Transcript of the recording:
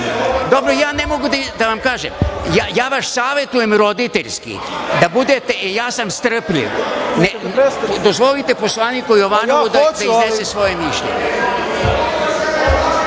reč, ali polako. Ja vas savetujem roditeljski da budete, ja sam strpljiv. Dozvolite poslaniku Jovanovu da iznese svoje mišljenje.